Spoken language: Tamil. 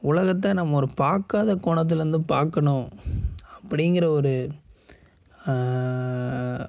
உலகத்தை நம்ம ஒரு பார்க்காத கோணத்திலேருந்து பார்க்கணும் அப்படிங்கிற ஒரு